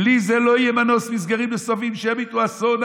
בלי זה לא יהיה מנוס מסגרים נוספים שימיתו אסון,